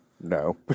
No